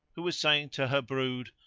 who was saying to her brood,